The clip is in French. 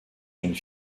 jeune